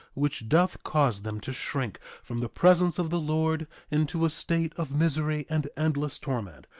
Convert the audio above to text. which doth cause them to shrink from the presence of the lord into a state of misery and endless torment,